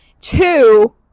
two